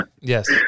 Yes